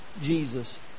Jesus